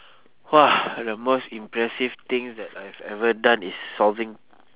!wah! the most impressive things that I have ever done is solving